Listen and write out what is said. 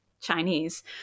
Chinese